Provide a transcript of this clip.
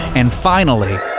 and finally,